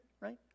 right